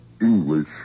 English